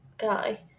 guy